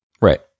Right